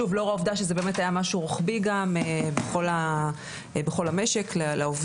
שוב לאור העובדה שזה באמת היה משהו רוחבי בכל המשק לעובדים.